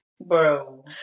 Bro